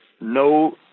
no